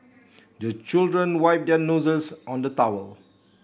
the children wipe their noses on the towel